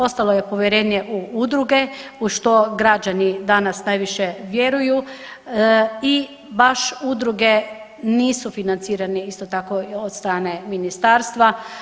Ostalo je povjerenje u udruge u što građani danas najviše vjeruju i baš udruge nisu financirani, isto tako, od strane ministarstva.